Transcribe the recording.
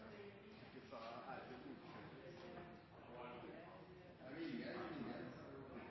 sa nei til